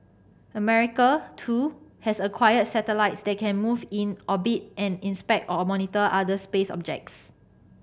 America too has acquired satellites that can move in orbit and inspect or monitor other space objects